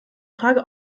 frage